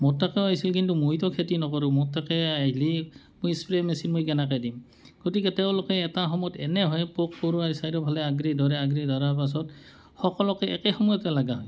মোৰ তাতে হৈছিল কিন্তু মইতো খেতি নকৰোঁ মোৰ তাতে আহিলে মই স্প্ৰে মেচিন মই কেনেকৈ দিম গতিকে তেওঁলোকে এটা সময়ত এনে হয় পোক পৰুৱাই চাৰিওফালে আগুৰি ধৰে আগুৰি ধৰাৰ পাছত সকলোকে একে সময়তে লগা হয়